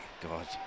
God